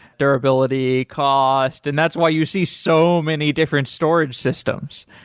durability, cost, and that's why you see so many different storage systems